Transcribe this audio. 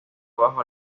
bajo